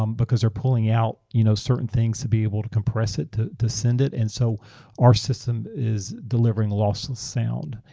um because you're pulling out you know certain things to be able to compress it to to send it. and so our system is delivering lossless sound,